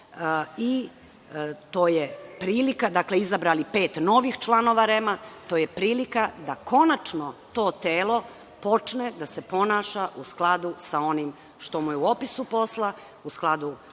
i to je prilika, dakle, izabrali pet novih članova REM-a, da konačno to telo počne da se ponaša u skladu sa onim što mu je u opisu posla, u skladu sa